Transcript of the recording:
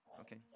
Okay